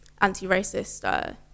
anti-racist